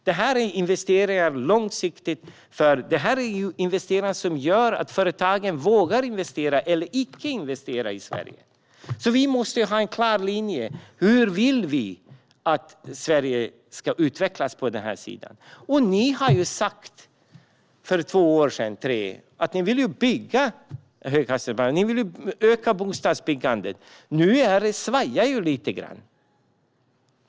Det här är investeringar långsiktigt sett, för det här är investeringar som gör att företagen vågar eller inte vågar investera i Sverige. Vi måste alltså ha en klar linje när det gäller hur vi vill att Sverige ska utvecklas på den här sidan. Ni har ju sagt, för två eller tre år sedan, att ni vill bygga en höghastighetsbana och att ni vill öka bostadsbyggandet. Nu svajar det här lite grann.